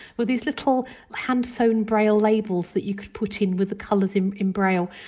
were these little hand sewn braille labels that you could put in with the colours in in braille,